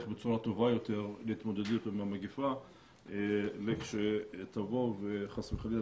בצורה טובה יותר להתמודדות עם המגפה לכשתבוא וחס וחלילה,